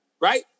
right